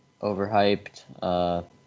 overhyped